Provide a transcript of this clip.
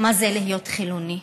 מה זה להיות חילוני.